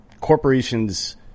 Corporations